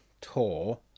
tour